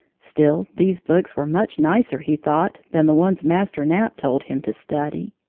still these books were much nicer, he thought, than the ones master knapp told him to study.